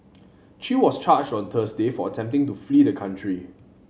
chew was charged on Thursday for attempting to flee the country